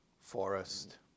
forest